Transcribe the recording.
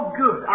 good